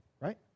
right